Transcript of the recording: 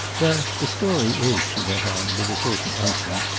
well, the story is, she went on, with a certain unction,